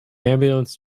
ambulance